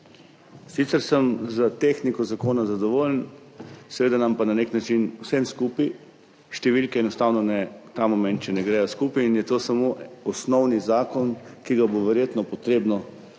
Sicer sem s tehniko zakona zadovoljen, seveda nam pa na nek način vsem skupaj številke enostavno ta moment še ne gredo skupaj in je to samo osnovni zakon, ki ga bo verjetno potrebno